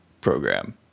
program